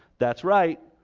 that's right.